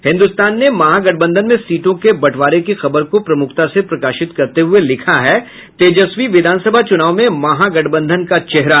हिन्दुस्तान ने महागठबंधन में सीटों के बंटवारे की खबर को प्रमुखता से प्रकाशित करते हुये लिखा है तेजस्वी विधानसभा चुनाव में महागठबंधन का चेहरा